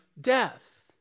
death